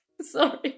Sorry